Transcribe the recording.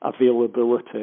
availability